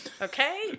Okay